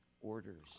orders